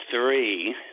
three